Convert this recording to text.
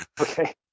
Okay